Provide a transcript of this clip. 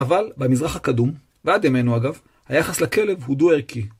אבל במזרח הקדום, ועד ימינו אגב, היחס לכלב הוא דו ערכי.